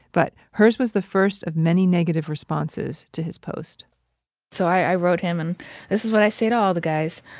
but hers was the first of many negative responses to his post so i wrote him, and this is what i say to all the guys.